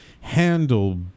handle